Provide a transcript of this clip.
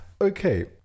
Okay